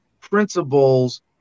principles